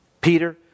Peter